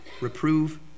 Reprove